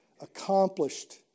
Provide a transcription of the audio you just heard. accomplished